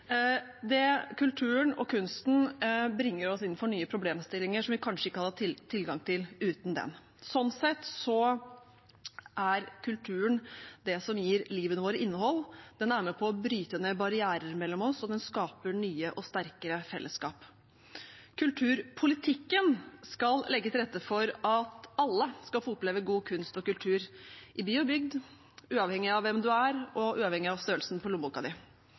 før. Kulturen og kunsten bringer oss innenfor nye problemstillinger som vi kanskje ikke hadde hatt tilgang til uten dem. Slik sett er kulturen det som gir livet vårt innhold. Den er med på å bryte ned barrierer mellom oss, og den skaper nye og sterkere fellesskap. Kulturpolitikken skal legge til rette for at alle skal få oppleve god kunst og kultur, i by og bygd, uavhengig av hvem du er, og uavhengig av størrelsen på